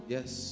Yes